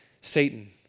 Satan